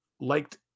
liked